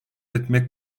etmek